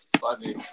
funny